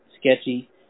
sketchy